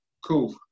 Cool